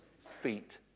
feet